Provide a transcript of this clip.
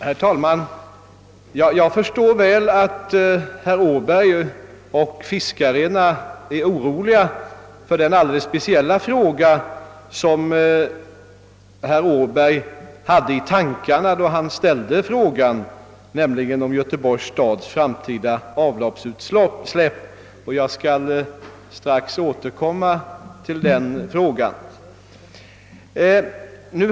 Herr talman! Jag förstår mycket väl att herr Åberg och fiskarena är oroliga för det alldeles speciella problem som herr Åberg hade i tankarna då han ställde sin fråga, nämligen följderna av Göteborgs stads framtida avloppsutsläpp. Jag skall strax återkomma till detta.